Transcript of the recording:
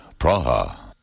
Praha